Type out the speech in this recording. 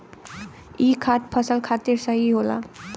ई खाद फसल खातिर सही होला